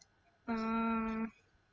oh